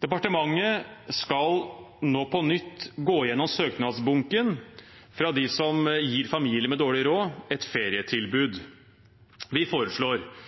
Departementet skal nå på nytt gå igjennom søknadsbunken fra dem som gir familier med dårlig råd et ferietilbud. Vi foreslår